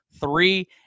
three